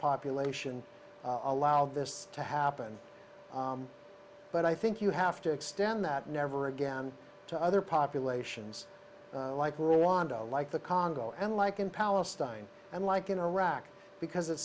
population allow this to happen but i think you have to extend that never again to other populations like rwanda like the congo and like in palestine and like in iraq because it